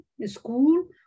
school